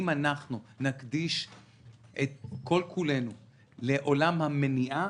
אם אנחנו נקדיש את כל-כולנו לעולם המניעה,